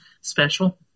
special